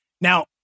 Now